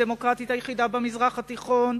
הדמוקרטית היחידה במזרח התיכון,